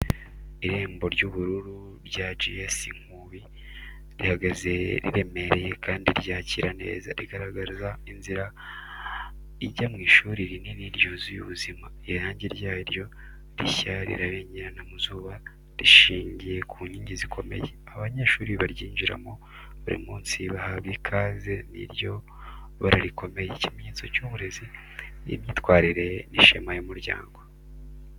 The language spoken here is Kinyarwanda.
Irembo ry’ubururu rya G.S Nkubi rihagaze riremereye kandi ryakira neza, rigaragaza inzira ijya mu ishuri rinini ryuzuye ubuzima. Irangi ryaryo rishya rirabengerana mu zuba, rishingiye ku nkingi zikomeye. Abanyeshuri baryinjiramo buri munsi, bahabwa ikaze n’iryo bara rikomeye, ikimenyetso cy’uburezi, imyitwarire n’ishema ry’umuryango.